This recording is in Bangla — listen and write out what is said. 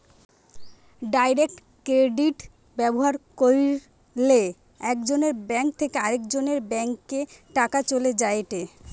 ডাইরেক্ট ক্রেডিট ব্যবহার কইরলে একজনের ব্যাঙ্ক থেকে আরেকজনের ব্যাংকে টাকা চলে যায়েটে